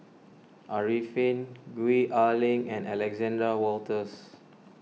Arifin Gwee Ah Leng and Alexander Wolters